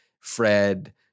Fred